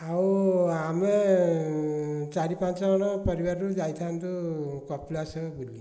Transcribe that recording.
ଆଉ ଆମେ ଚାରି ପାଞ୍ଚଜଣ ପରିବାରରୁ ଯାଇଥାନ୍ତୁ କପିଳାସ ବୁଲି